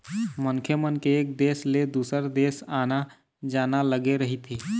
मनखे मन के एक देश ले दुसर देश आना जाना लगे रहिथे